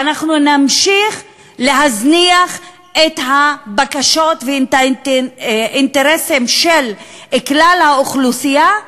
ואנחנו נמשיך להזניח את הבקשות ואת האינטרסים של כלל האוכלוסייה,